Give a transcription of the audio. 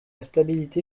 stabilité